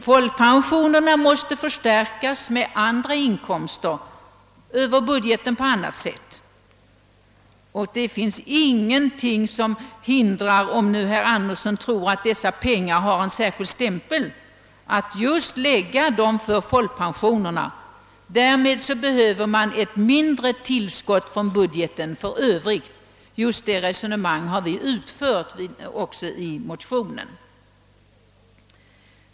Folkpensionerna måste förstärkas med andra inkomster över budgeten och ingenting hindrar att man, om herr Anderson tror att dessa pengar har en särskild stämpel, använder dem för folkpensionerna. Därigenom behöver man ett mindre tillskott från den övriga budgeten. Just det resonemanget har vi också fört i motionen.